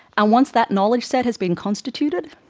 and once that knowledge set has been constituted,